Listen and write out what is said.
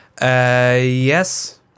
Yes